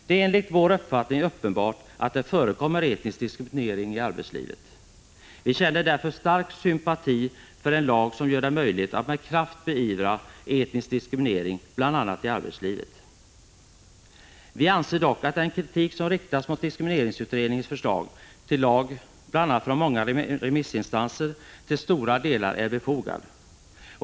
Det är enligt vår uppfattning uppenbart att det förekommer etnisk diskriminering i arbetslivet. Vi känner därför stark sympati för en lag som gör det möjligt att med kraft beivra etnisk diskriminering bl.a. i arbetslivet. Vi anser dock att den kritik som riktas mot diskrimineringsutredningens förslag till lag, bl.a. från många remissinstanser, till stora delar är befogad.